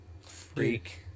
Freak